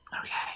Okay